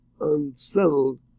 unsettled